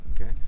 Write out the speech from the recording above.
okay